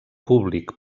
públic